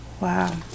Wow